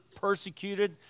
persecuted